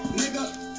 nigga